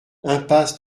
impasse